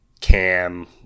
Cam